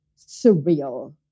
surreal